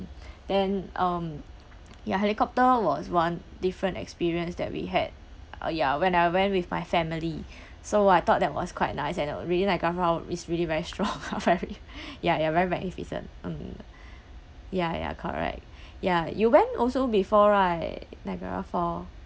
then um ya helicopter was one different experience that we had uh ya when I went with my family so I thought that was quite nice and really niagara falls is really very strong ya like very magnificent mm ya ya correct ya you went also before right niagara falls